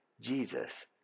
Jesus